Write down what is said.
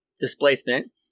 displacement